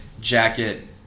jacket